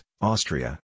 Austria